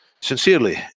sincerely